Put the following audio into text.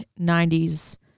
90s